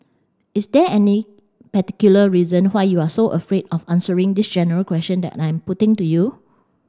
is there any particular reason why you are so afraid of answering this general question that I'm putting to you